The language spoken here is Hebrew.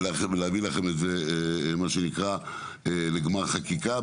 ולהביא לכם את זה לגמר חקיקה,